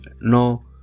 no